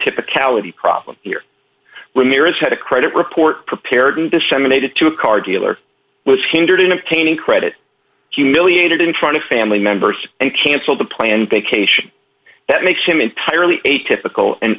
typicality problem here when mir is had a credit report prepared and disseminated to a car dealer was hindered in obtaining credit humiliated in front of family members and cancelled the planned vacation that makes him entirely atypical and